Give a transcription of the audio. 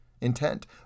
intent